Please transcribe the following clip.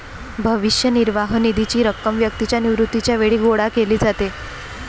भविष्य निर्वाह निधीची रक्कम व्यक्तीच्या निवृत्तीच्या वेळी गोळा केली जाते